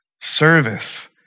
service